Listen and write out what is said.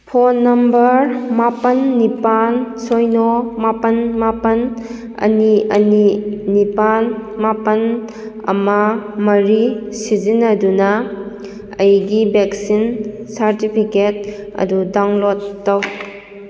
phone number ꯃꯥꯄꯜ ꯅꯤꯄꯥꯜ ꯁꯤꯅꯣ ꯃꯥꯄꯜ ꯃꯥꯄꯜ ꯑꯅꯤ ꯑꯅꯤ ꯅꯤꯄꯥꯜ ꯃꯥꯄꯜ ꯑꯃ ꯃꯔꯤ ꯁꯤꯖꯤꯟꯅꯗꯨꯅ ꯑꯩꯒꯤ ꯚꯦꯛꯁꯤꯟ ꯁꯥꯔꯇꯤꯐꯤꯀꯦꯠ ꯑꯗꯨ ꯗꯥꯎꯟꯂꯣꯗ ꯇꯧ